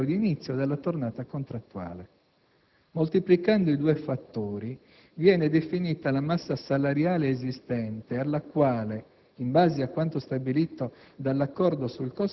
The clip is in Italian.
in riferimento all'anno precedente a quello di inizio della tornata contrattuale. Moltiplicando i due fattori, viene definita la massa salariale esistente alla quale,